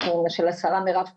המשרד של השרה מירב כהן.